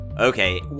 Okay